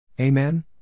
Amen